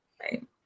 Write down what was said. right